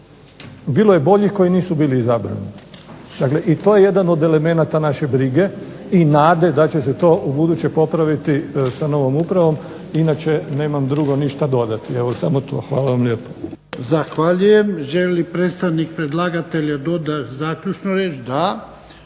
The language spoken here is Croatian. bilo je boljih koji nisu bili izabrani. Dakle i to je jedan od elemenata naše brige i nade da će se to ubuduće popraviti sa novom upravom. Inače nemam drugo ništa dodati. Evo samo to. Hvala vam lijepo.